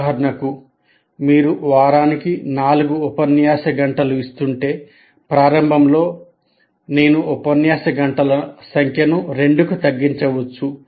ఉదాహరణకు మీకు వారానికి నాలుగు ఉపన్యాస గంటలు ఉంటే ప్రారంభంలో నేను ఉపన్యాస గంటల సంఖ్యను 2 కి తగ్గించవచ్చు